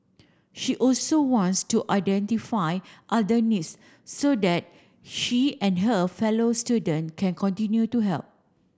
she also wants to identify other needs so that she and her fellow student can continue to help